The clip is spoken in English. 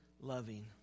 loving